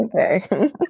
Okay